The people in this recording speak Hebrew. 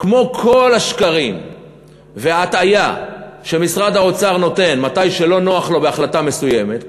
כמו כל השקרים וההטעיה שמשרד האוצר נותן כשלא נוח לו בהחלטה מסוימת,